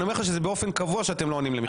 אני אומר לך שבאופן קבוע שאתם לא עונים למכתבים.